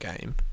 game